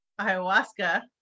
ayahuasca